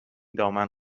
دامن